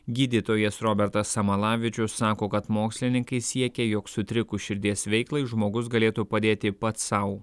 gydytojas robertas samalavičius sako kad mokslininkai siekia jog sutrikus širdies veiklai žmogus galėtų padėti pats sau